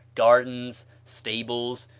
gardens, stables,